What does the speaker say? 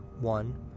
one